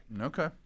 Okay